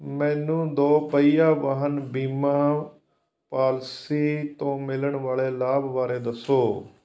ਮੈਨੂੰ ਦੋਪਹੀਆ ਵਾਹਨ ਬੀਮਾ ਪਾਲਿਸੀ ਤੋਂ ਮਿਲਣ ਵਾਲੇ ਲਾਭ ਬਾਰੇ ਦੱਸੋ